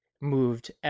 moved